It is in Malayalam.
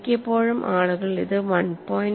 മിക്കപ്പോഴും ആളുകൾ ഇത് 1